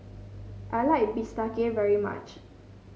I like bistake very much